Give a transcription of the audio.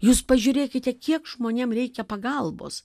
jūs pažiūrėkite kiek žmonėm reikia pagalbos